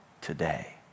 today